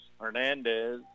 Hernandez